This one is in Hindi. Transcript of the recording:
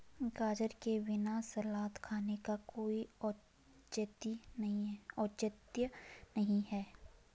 गाजर के बिना सलाद खाने का कोई औचित्य नहीं है